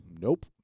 Nope